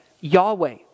Yahweh